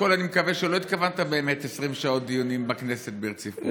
קודם כול אני מקווה שלא התכוונת באמת ל-20 שעות דיונים בכנסת ברציפות.